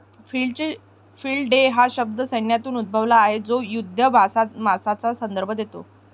field day हा शब्द सैन्यातून उद्भवला आहे तो युधाभ्यासाचा संदर्भ देतो